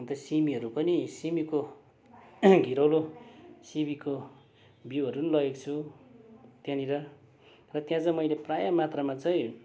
अन्त सिमीहरू पनि सिमीको घिरौँलो सिबीको बिउहरू पनि लगेको छु त्यहाँनिर र त्यहाँ चाहिँ मैले प्रायः मात्रामा चाहिँ